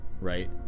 right